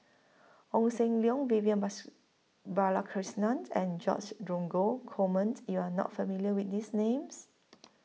Ong SAM Leong Vivian Bus Balakrishnan and George Dromgold Coleman YOU Are not familiar with These Names